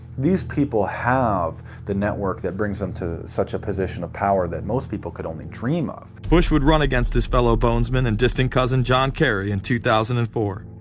these people have the network that brings them to. such a position of power that most people could only dream of. bush would run against his fellow bonesman. and distant cousin john kerry in two thousand and four.